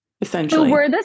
essentially